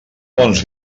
bons